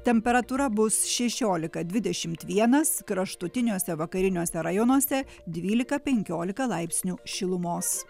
temperatūra bus šešiolika dvidešimt vienas kraštutiniuose vakariniuose rajonuose dvylika penkiolika laipsnių šilumos